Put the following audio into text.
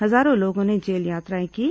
हजारों लोगों ने जेल यात्राएं कीं